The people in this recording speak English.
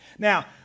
Now